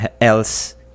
else